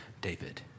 David